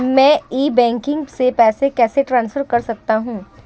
मैं e banking से पैसे कैसे ट्रांसफर कर सकता हूं?